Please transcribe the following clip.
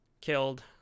killed